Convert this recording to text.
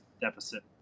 deficit